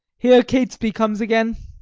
here catesby comes again.